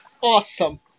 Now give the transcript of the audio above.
Awesome